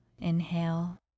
Inhale